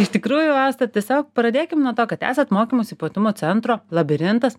iš tikrųjų asta tiesiog pradėkim nuo to kad esat mokymosi ypatumų centro labirintas